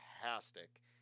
fantastic